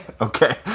okay